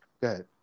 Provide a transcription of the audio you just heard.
good